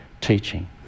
teaching